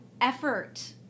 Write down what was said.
effort